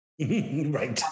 Right